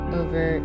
over